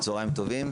צהריים טובים.